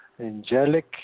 Angelic